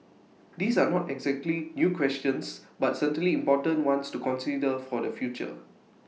these are not exactly new questions but certainly important ones to consider for the future